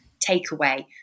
takeaway